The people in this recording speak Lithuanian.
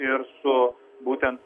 ir su būtent